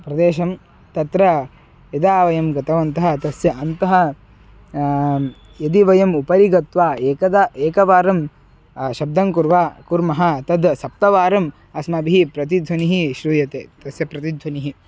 प्रदेशं तत्र यदा वयं गतवन्तः तस्य अन्तः यदि वयम् उपरि गत्वा एकदा एकवारं शब्दं कुर्वः कुर्मः तद् सप्तवारम् अस्माभिः प्रतिध्वनिः श्रूयते तस्य प्रतिध्वनिः